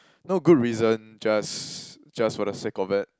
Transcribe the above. no good reason just just for the sake of it